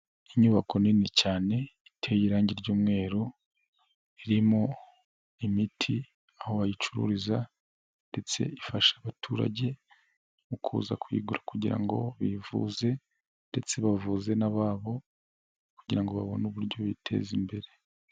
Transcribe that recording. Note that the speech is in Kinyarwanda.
Inyubako nini cyane, iteye irangi ry'umweru, irimo imiti, aho bayicururiza, ndetse ifasha abaturage, mu kuza kuyigura kugira ngo bivuze, ndetse bavuze n'ababo, kugira ngo babone uburyo biteza imbere.